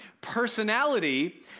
personality